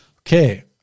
Okay